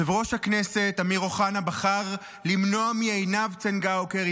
יושב-ראש הכנסת אמיר אוחנה בחר למנוע מעינב צנגאוקר,